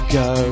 go